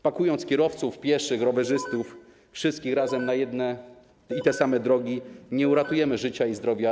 Pakując kierowców, pieszych, rowerzystów, wszystkich razem na jedne i te same drogi, nie uratujemy życia i zdrowia